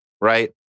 right